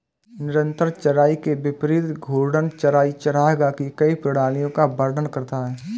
निरंतर चराई के विपरीत घूर्णन चराई चरागाह की कई प्रणालियों का वर्णन करता है